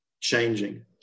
changing